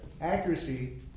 accuracy